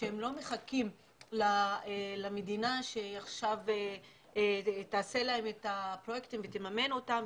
שהם לא מחכים למדינה שעכשיו תעשה להם את הפרויקטים ותממן אותם,